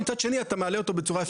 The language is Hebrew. ומצד שני אתה מעלה אותו בצורה אפקטיבית.